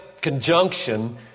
conjunction